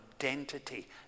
identity